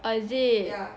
oh is it